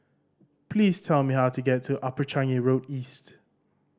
please tell me how to get to Upper Changi Road East